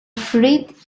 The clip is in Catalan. fruit